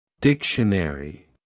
Dictionary